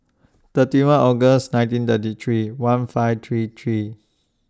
thirty one August nineteen thirty three one five three three